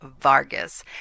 Vargas